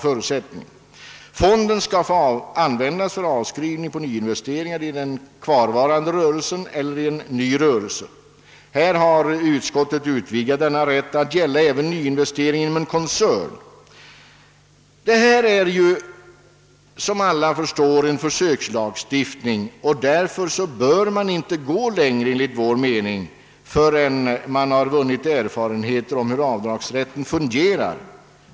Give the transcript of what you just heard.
Fonden skall få användas för avskrivning på nyinvesteringar 1 den kvarvarande rörelsen eller i en ny rörelse. Utskottet har utvidgat denna rätt till att gälla även nyinvestering inom en koncern. Som alla förstår är detta en försökslagstiftning, och därför bör man enligt vår åsikt inte gå längre förrän man vunnit erfarenhet om hur avdragsrätten fungerar.